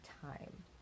time